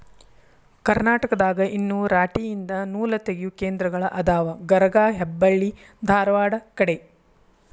ಕರ್ನಾಟಕದಾಗ ಇನ್ನು ರಾಟಿ ಯಿಂದ ನೂಲತಗಿಯು ಕೇಂದ್ರಗಳ ಅದಾವ ಗರಗಾ ಹೆಬ್ಬಳ್ಳಿ ಧಾರವಾಡ ಕಡೆ